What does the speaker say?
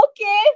okay